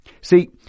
See